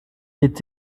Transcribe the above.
est